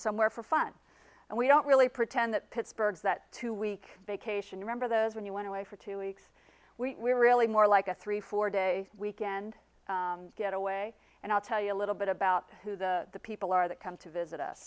somewhere for fun and we don't really pretend that pittsburgh's that two week vacation remember this when you went away for two weeks we really more like a three four day weekend getaway and i'll tell you a little bit about who the people are that come to visit us